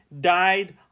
died